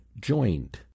joined